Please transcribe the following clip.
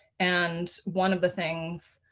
and one of the things.